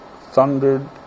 thundered